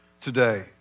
today